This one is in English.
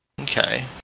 Okay